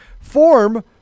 form